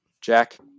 Jack